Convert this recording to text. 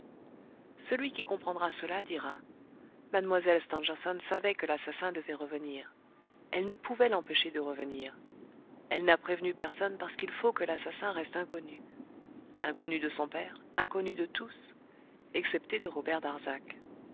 celui qui comprendra cela dira mlle stangerson savait que l'assassin devait revenir elle ne pouvait l'empêcher de revenir elle n'a prévenu personne parce qu'il faut que l'assassin reste inconnu inconnu de son père inconnu de tous excepté de robert darzac